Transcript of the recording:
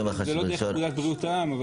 אם זה לא דרך פקודת בריאות העם.